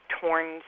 torn